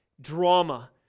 drama